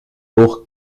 pour